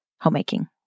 homemaking